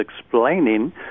explaining